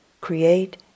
create